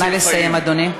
נא לסיים, אדוני.